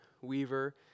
Weaver